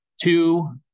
Two